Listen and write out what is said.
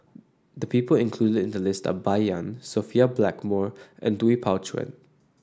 the people included in the list are Bai Yan Sophia Blackmore and Lui Pao Chuen